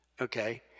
Okay